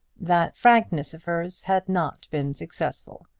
that frankness of hers had not been successful,